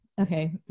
Okay